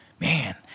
Man